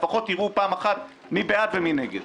לפחות יראו פעם אחת מי בעד ומי נגד.